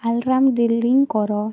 alarm ଡିଲିଂ କର